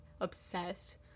obsessed